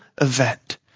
event